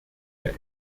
der